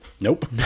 Nope